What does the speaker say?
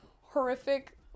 horrific